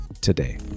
today